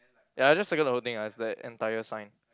ya just circle the whole thing ah is that entire sign